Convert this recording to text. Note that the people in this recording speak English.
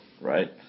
right